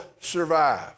survive